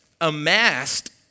amassed